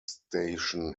station